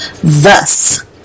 thus